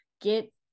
get